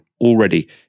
already